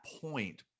point